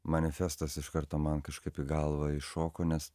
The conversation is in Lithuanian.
manifestas iš karto man kažkaip į galvą iššoko nes